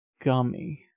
gummy